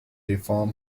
reform